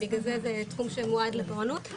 ובגלל זה זהו תחום שמועד לפורענות.